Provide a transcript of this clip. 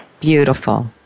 beautiful